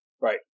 Right